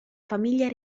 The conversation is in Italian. famiglia